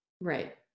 Right